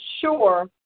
sure